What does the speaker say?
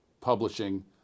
publishing